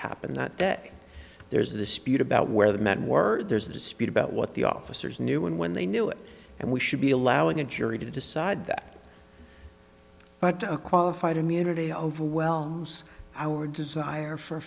happened that day there's a dispute about where the men were there's a dispute about what the officers knew and when they knew it and we should be allowing a jury to decide that but a qualified immunity overwhelms our desire for